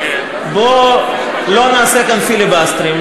בוא לא נעשה כאן פיליבסטרים,